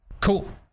Cool